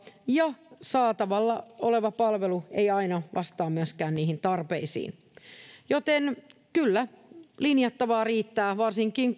ja saatavilla oleva palvelu ei aina vastaa myöskään niihin tarpeisiin joten kyllä linjattavaa riittää varsinkin